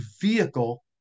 vehicle